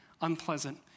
unpleasant